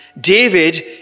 David